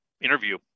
interview